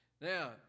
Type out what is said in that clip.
Now